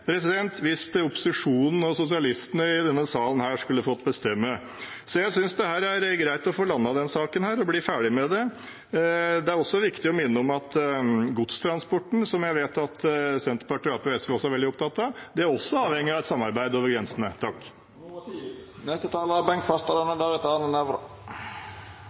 hvis opposisjonen og sosialistene i denne salen hadde fått bestemme. Jeg synes det er greit å få landet denne saken og bli ferdig med det. Det er også viktig å minne om at godstransporten, som jeg vet at Senterpartiet, Arbeiderpartiet og SV er veldig opptatt av, også er avhengig av et samarbeid over grensene.